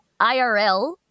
irl